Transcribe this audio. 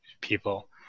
people